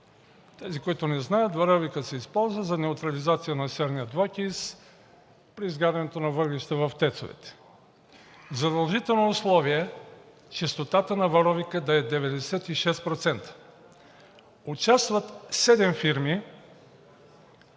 Тези, които не знаят, варовикът се използва за неутрализация на серния двуокис при изгарянето на въглища в тец-овете. Задължително условие е чистота на варовика да е 96%. Участват седем фирми.